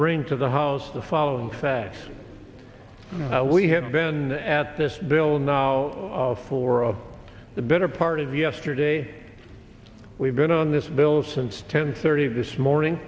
bring to the house the following facts we have been at this bill now for of the better part of yesterday we've been on this bill since ten thirty this morning